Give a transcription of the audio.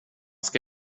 ska